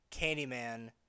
Candyman